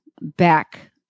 back